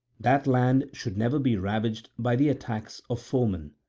that land should never be ravaged by the attacks of foemen.